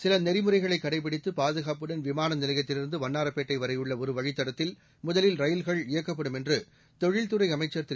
சில நெறிமுறைகளை கடைபிடித்து பாதுகாப்புடன் விமான நிலையத்திலிருந்து வண்ணாரப்பேட்டை வரையுள்ள ஒரு வழித்தடத்தில் முதலில் ரயில்கள் இயக்கப்படும் என்று தொழில்துறை அமைச்சர் திரு